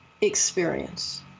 experience